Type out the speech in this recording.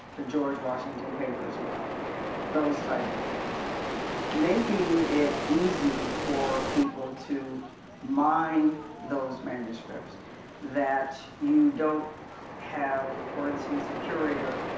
the george washington papers were ah those types of things making it easy for people to mine those manuscripts that you don't have. for instance, a and curator,